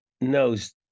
knows